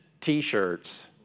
t-shirts